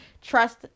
trust